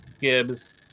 Gibbs